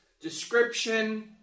description